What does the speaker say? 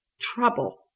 trouble